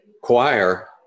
choir